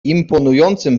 imponującym